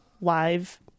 live